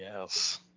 Yes